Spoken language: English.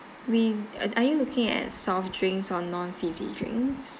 we are are you looking at soft drinks or non fizzy drinks